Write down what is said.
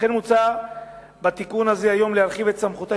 לכן מוצע בתיקון הזה היום להרחיב את סמכותה